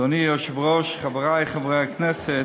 אדוני היושב-ראש, חברי חברי הכנסת,